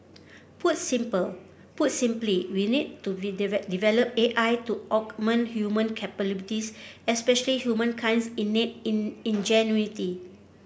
put simple put simply we need to develop A I to augment human capabilities especially humankind's innate ingenuity